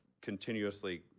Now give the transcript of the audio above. continuously –